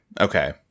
Okay